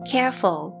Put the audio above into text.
Careful